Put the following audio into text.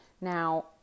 Now